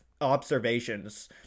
observations